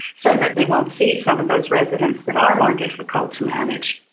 so that they won't see some of those residents that are more difficult to manage.